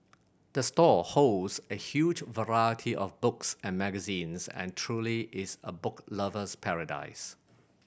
the store holds a huge variety of books and magazines and truly is a book lover's paradise